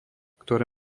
ktoré